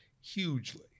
hugely